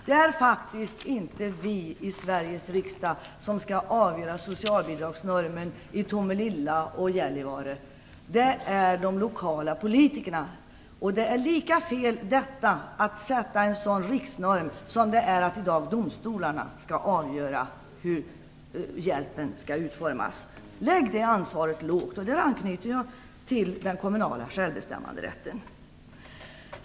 Det är faktiskt inte vi i Sveriges riksdag som skall bestämma socialbidragsnormen i Tomelilla och Gällivare - det är de lokala politikerna. Det är lika fel att sätta en riksnorm som det är att domstolarna i dag avgör hur hjälpen skall utformas. Lägg det ansvaret lågt! Där hänvisar jag till den kommunala självbestämmanderätten.